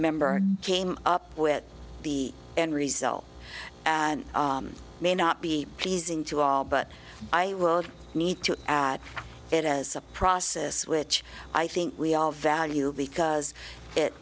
member came up with the end result may not be pleasing to all but i will need to add it as a process which i think we all value because it